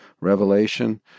revelation